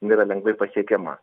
jinai yra lengvai pasiekiama